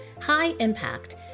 high-impact